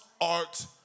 art